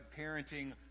parenting